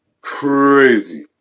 crazy